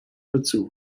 dazu